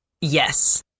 Yes